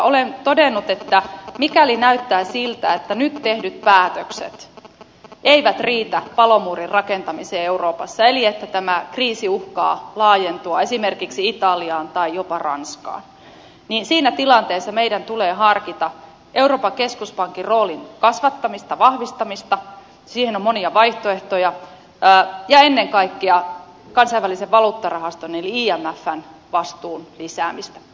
olen todennut että mikäli näyttää siltä että nyt tehdyt päätökset eivät riitä palomuurin rakentamiseen euroopassa eli että tämä kriisi uhkaa laajentua esimerkiksi italiaan tai jopa ranskaan niin siinä tilanteessa meidän tulee harkita euroopan keskuspankin roolin kasvattamista vahvistamista siihen on monia vaihtoehtoja ja ennen kaikkea kansainvälisen valuuttarahaston eli imfn vastuun lisäämistä